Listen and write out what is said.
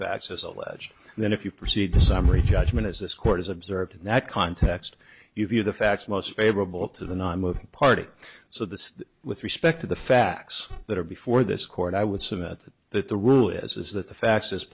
facts as alleged and then if you proceed to summary judgment as this court is observed in that context you view the facts most favorable to the nonmoving party so this with respect to the facts that are before this court i would submit that the rule is that the fa